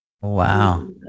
Wow